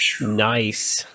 Nice